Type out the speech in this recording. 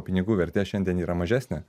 pinigų vertė šiandien yra mažesnė